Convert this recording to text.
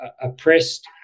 oppressed